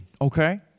okay